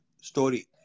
story